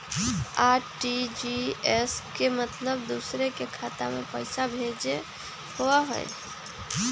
RTGS के मतलब दूसरे के खाता में पईसा भेजे होअ हई?